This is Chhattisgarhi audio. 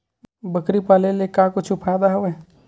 बकरी पाले ले का कुछु फ़ायदा हवय?